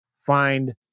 find